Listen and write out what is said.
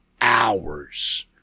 hours